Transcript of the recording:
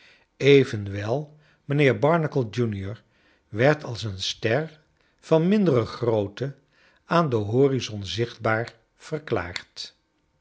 evenwel mijnheer barnacle junior werd als een ster van mindere grootte aan den horizon zichtbaar verklaard